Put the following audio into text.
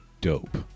dope